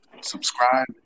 subscribe